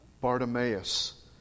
Bartimaeus